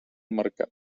mercat